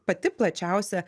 pati plačiausia